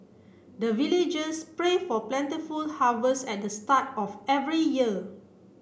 the villagers pray for plentiful harvest at the start of every year